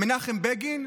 מנחם בגין?